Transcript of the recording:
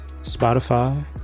Spotify